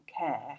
care